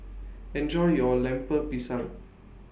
Enjoy your Lemper Pisang